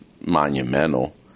monumental